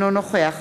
אינו נוכח